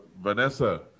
Vanessa